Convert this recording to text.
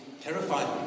terrifying